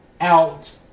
out